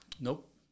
nope